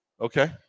Okay